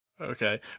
Okay